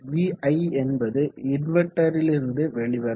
vi என்பது இன்வெர்டரிலிருந்து வெளிவரும்